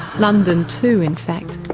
london too in fact,